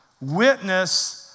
witness